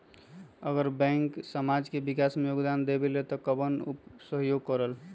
अगर बैंक समाज के विकास मे योगदान देबले त कबन सहयोग करल?